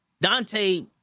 Dante